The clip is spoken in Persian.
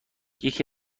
یکی